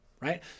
right